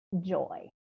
joy